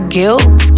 guilt